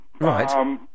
Right